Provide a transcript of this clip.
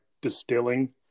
distilling